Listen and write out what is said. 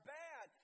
bad